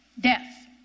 Death